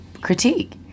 critique